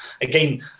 Again